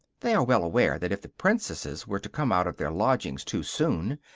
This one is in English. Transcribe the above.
they are well aware that if the princesses were to come out of their lodging too soon,